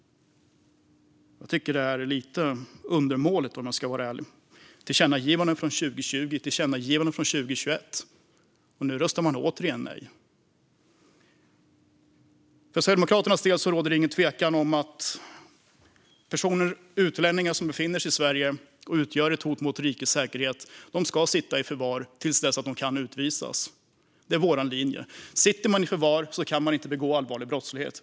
Jag tycker att det är undermåligt, om jag ska vara ärlig. Det finns tillkännagivanden från 2020 och 2021, och nu röstar man återigen nej. För Sverigedemokraternas del råder det ingen tvekan om att utlänningar som befinner sig i Sverige och utgör ett hot mot rikets säkerhet ska sitta i förvar till dess att de ska utvisas. Det är vår linje. Sitter man i förvar kan man inte begå allvarlig brottslighet.